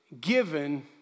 given